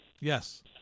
Yes